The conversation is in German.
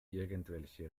irgendwelche